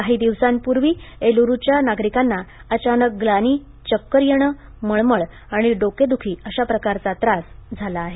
काही दिवसांपूर्वी एलुरूच्या नागरिकांना अचानक ग्लानी चक्कर येणे मळमळ आणि डोकेद्खी अशाप्रकारचा त्रास झाला आहे